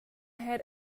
had